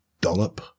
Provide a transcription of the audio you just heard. dollop